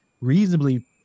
reasonably